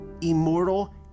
immortal